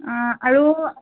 অঁ আৰু